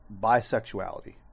bisexuality